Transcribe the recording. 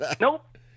nope